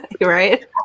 Right